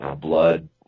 blood